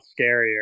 scarier